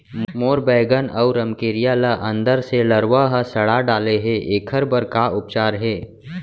मोर बैगन अऊ रमकेरिया ल अंदर से लरवा ह सड़ा डाले हे, एखर बर का उपचार हे?